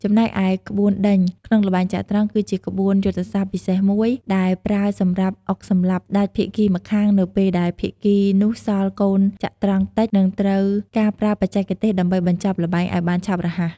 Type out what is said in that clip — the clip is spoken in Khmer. ចំណែកឯ ក្បួនដេញ ក្នុងល្បែងចត្រង្គ គឺជាក្បួនយុទ្ធសាស្ត្រពិសេសមួយ ដែលប្រើសម្រាប់អុកសម្លាប់ស្ដេចភាគីម្ខាងនៅពេលដែលភាគីនោះសល់កូនចត្រង្គតិច និងត្រូវការប្រើបច្ចេកទេសដើម្បីបញ្ចប់ល្បែងឲ្យបានឆាប់រហ័ស។